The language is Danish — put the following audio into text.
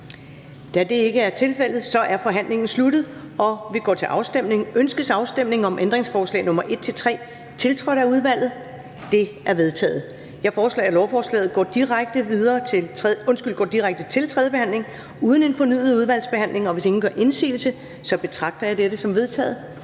Da det ikke er tilfældet, er forhandlingen sluttet, og vi går til afstemning. Kl. 14:41 Afstemning Første næstformand (Karen Ellemann): Ønskes afstemning om ændringsforslag nr. 1-3, tiltrådt af udvalget? De er vedtaget. Jeg foreslår, at lovforslaget går direkte til tredje behandling uden en fornyet udvalgsbehandling. Og hvis ingen gør indsigelse, betragter jeg dette som vedtaget.